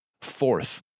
Fourth